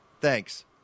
thanks